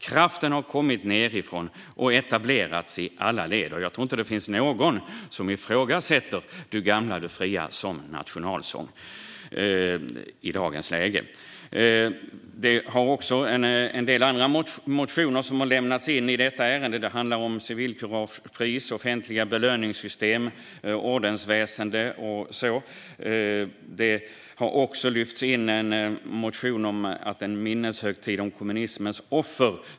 Kraften har kommit nedifrån och har etablerats i alla led. Jag tror inte att det finns någon som ifrågasätter Du gamla, du fria som nationalsång i dagens läge. Det har även väckts en del andra motioner i detta ärende. Det handlar om civilkuragepris, offentliga belöningssystem, ordensväsen och så vidare. Det har även väckts en motion om en minneshögtid för kommunismens offer.